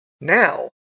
Now